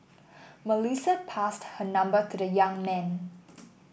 Melissa passed her number to the young man